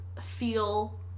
feel